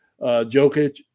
Jokic